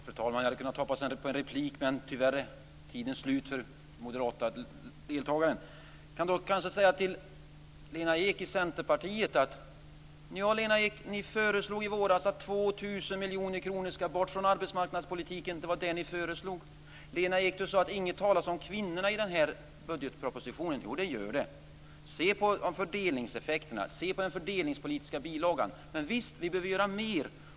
Fru talman! Jag hade hoppats på en replik, men tyvärr är talartiden slut för den moderate deltagaren. Jag kan i stället vända mig till Lena Ek i Centerpartiet. Lena Ek föreslog i våras att 2 000 miljoner kronor skulle bort från arbetsmarknadspolitiken. Det var det ni föreslog. Lena Ek! Du sade att det inte talas något om kvinnorna i den här budgetpropositionen. Jo, det gör det. Se på fördelningseffekterna! Se på den fördelningspolitiska bilagan! Men visst behöver vi göra mer.